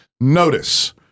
notice